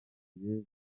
yesu